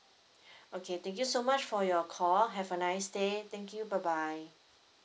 okay thank you so much for your call have a nice day thank you bye bye